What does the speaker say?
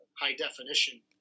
high-definition